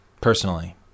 personally